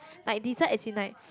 like dessert as in like